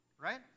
right